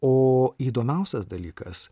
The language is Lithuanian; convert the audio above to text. o įdomiausias dalykas